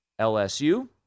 LSU